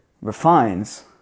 refines